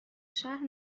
شهر